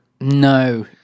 No